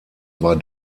war